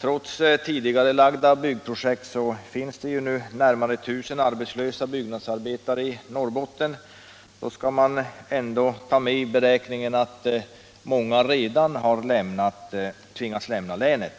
Trots tidigarelagda byggprojekt finns det nu i det närmaste 1000 arbetslösa byggnadsarbetare i Norrbotten, och då skall man ta med i beräkningen att många redan har tvingats lämna länet.